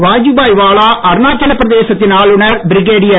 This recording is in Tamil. வாஜுபாய் வாலா அருணாச்சலப் பிரதேசத்தின் ஆளுனர் பிரிகேடியர்